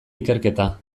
ikerketa